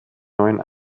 neuen